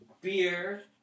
beer